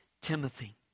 Timothy